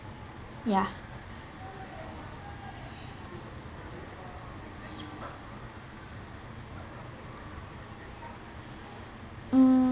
ya mm